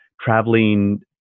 traveling